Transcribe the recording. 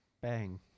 Bang